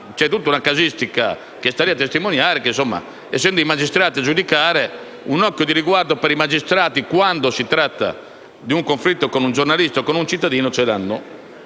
c'è tutta una casistica che sta a testimoniare che, essendo gli stessi magistrati a giudicare, un occhio di riguardo per i loro colleghi, quando si tratta di un conflitto con un giornalista o con un cittadino, ce l'hanno